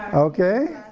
ah okay?